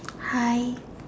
hi